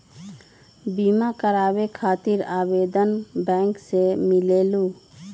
बिमा कराबे खातीर आवेदन बैंक से मिलेलु?